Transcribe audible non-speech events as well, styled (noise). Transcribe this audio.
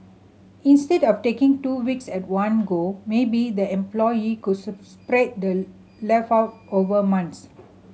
instead of taking two weeks at one go maybe the employee could (unintelligible) spread the leave out over months